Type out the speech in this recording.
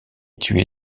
tué